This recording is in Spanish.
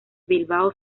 bilbao